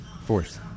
force